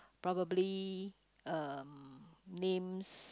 probably uh names